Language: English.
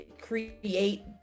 Create